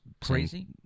crazy